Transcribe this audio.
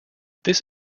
this